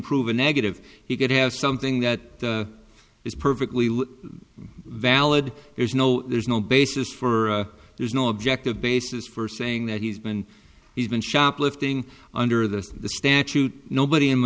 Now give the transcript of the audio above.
prove a negative he did have something that is perfectly valid there's no there's no basis for there's no objective basis for saying that he's been he's been shoplifting under the statute nobody in m